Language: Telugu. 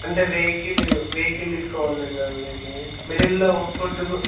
అంటే వెహికల్ వెహికల్ తీసుకుపోవాలి వెళ్ళాలి అండి మీరు మిడిల్లో ఫుడ్ గూ